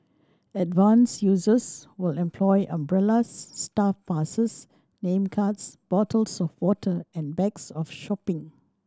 advanced users will employ umbrellas staff passes name cards bottles of water and bags of shopping